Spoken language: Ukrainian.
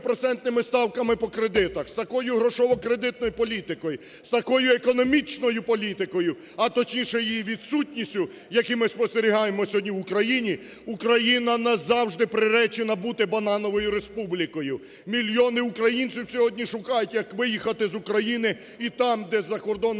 з такою грошово-кредитною політикою, з такою економічною політикою, а точніше її відсутністю, які ми спостерігаємо сьогодні в Україні, Україна назавжди приречена бути банановою республікою. Мільйони українців сьогодні шукають як виїхати з України і там, десь за кордоном,